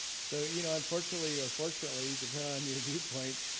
so you know unfortunately, or fortunately, depend on your view point,